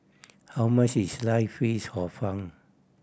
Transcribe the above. how much is slice fish Hor Fun